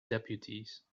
deputies